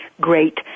great